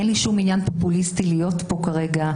אין לי שום עניין פופוליסטי להיות פה כרגע.